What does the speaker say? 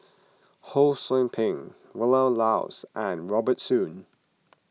Ho Sou Ping Vilma Laus and Robert Soon